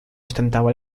ostentaba